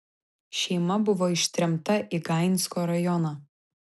šeima buvo ištremta į gainsko rajoną